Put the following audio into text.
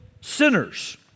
sinners